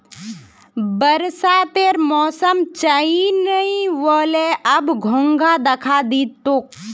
बरसातेर मौसम चनइ व ले, अब घोंघा दखा दी तोक